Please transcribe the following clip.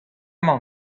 mañ